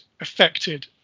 affected